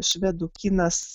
švedų kinas